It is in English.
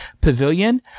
Pavilion